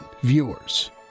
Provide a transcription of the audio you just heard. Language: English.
viewers